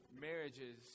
marriages